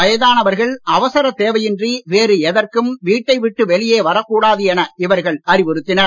வயதானவர்கள் அவசர தேவையன்றி வேறு எதற்கும் வீட்டை விட்டு வெளியே வரக்கூடாது என இவர்கள் அறிவுறுத்தினர்